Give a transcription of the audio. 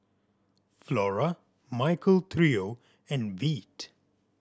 Flora Michael Trio and Veet